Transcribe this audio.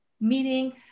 Meaning